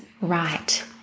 right